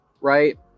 right